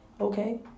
Okay